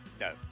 No